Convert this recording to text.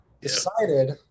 Decided